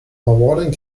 awarding